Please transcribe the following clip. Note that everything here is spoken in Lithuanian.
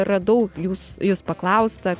radau jūs jus paklaustą